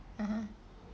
mmhmm